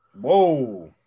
Whoa